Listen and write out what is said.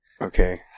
okay